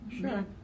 sure